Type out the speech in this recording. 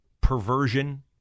perversion